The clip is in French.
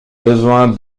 besoin